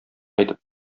әйтеп